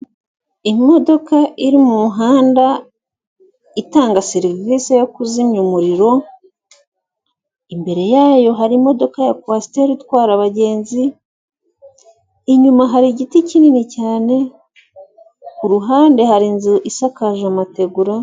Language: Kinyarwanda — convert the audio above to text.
Imodoka iri mu muhanda itanga serivisi yo kuzimya umuriro, imbere yayo hari imodoka ya Kwasiteri itwara abagenzi, inyuma hari igiti kinini cyane, ku ruhande hari inzu isakaje amategura.